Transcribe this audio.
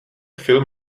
film